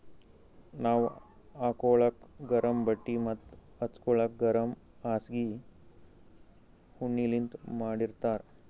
ನಾವ್ ಹಾಕೋಳಕ್ ಗರಮ್ ಬಟ್ಟಿ ಮತ್ತ್ ಹಚ್ಗೋಲಕ್ ಗರಮ್ ಹಾಸ್ಗಿ ಉಣ್ಣಿಲಿಂತ್ ಮಾಡಿರ್ತರ್